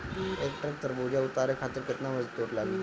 एक ट्रक तरबूजा उतारे खातीर कितना मजदुर लागी?